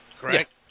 correct